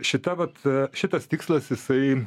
šita vat šitas tikslas jisai